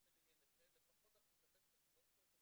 שלי יהיה נכה לפחות אנחנו נקבל את ה-200,000,